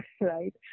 right